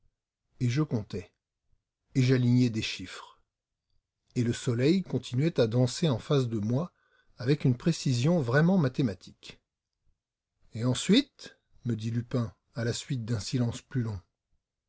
et je comptais et j'alignais des chiffres et le soleil continuait à danser en face de moi avec une précision vraiment mathématique et après me dit lupin à la suite d'un silence plus long